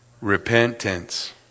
Repentance